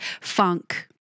funk